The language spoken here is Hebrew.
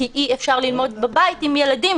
כי אי-אפשר ללמוד בבית עם ילדים,